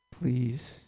please